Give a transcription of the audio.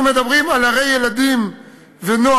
אנחנו מדברים על ערי ילדים ונוער,